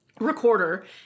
recorder